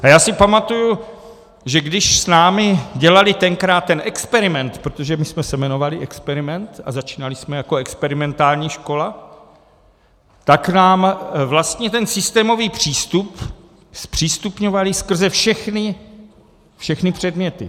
A já si pamatuji, že když s námi dělali tenkrát ten experiment, protože my jsme se jmenovali experiment a začínali jsme jako experimentální škola, tak nám vlastně ten systémový přístup zpřístupňovali skrze všechny předměty.